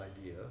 idea